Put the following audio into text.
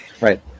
right